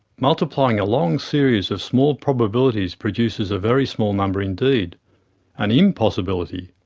multiplying a long series of small probabilities produces a very small number indeed an impossibility,